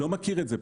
אני לא מכיר את זה,